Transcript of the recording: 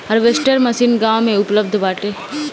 harvester machine गाँव में उपलब्ध बाटे